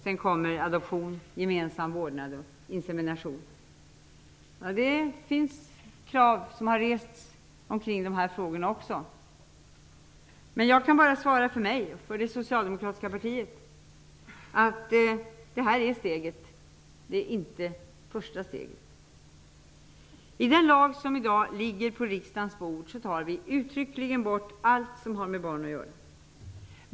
Sedan kommer adoption, gemensam vårdnad och insemination. Det har rests krav också kring dessa frågor. Jag kan bara svara för mig och för det socialdemokratiska partiet. Detta är steget. Det är inte det första steget. I det lagförslag som i dag ligger på riksdagens bord tar vi uttryckligen bort allt som har med barn att göra.